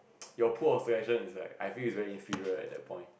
your pool of selection is like I feel like it's very inferior at that point